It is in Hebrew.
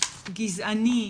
גזעני,